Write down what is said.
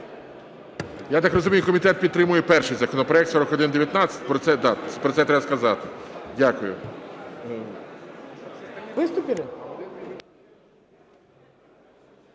Я так розумію, комітет підтримує перший законопроект 4119. Про це треба сказати. Дякую. Веде